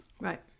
Right